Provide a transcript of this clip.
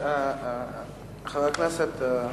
חבר הכנסת אדרי,